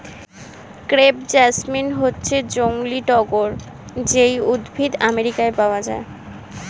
crepe jasmine হচ্ছে জংলী টগর যেই উদ্ভিদ আমেরিকায় পাওয়া যায়